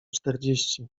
czterdzieści